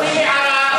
חצי הערה.